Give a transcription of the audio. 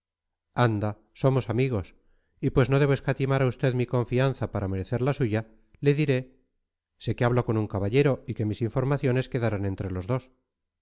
anda somos amigos y pues no debo escatimar a usted mi confianza para merecer la suya le diré sé que hablo con un caballero y que mis informaciones quedarán entre los dos